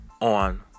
on